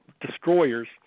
destroyers